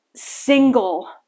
single